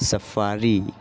safari